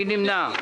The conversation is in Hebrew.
מי נמנע?